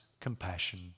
compassion